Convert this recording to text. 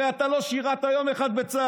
הרי אתה לא שירת יום אחד בצה"ל.